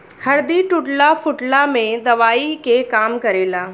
हरदी टूटला फुटला में दवाई के काम करेला